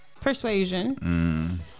Persuasion